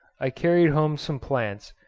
i carried home some plants,